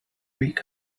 week